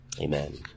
amen